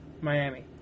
Miami